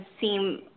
seem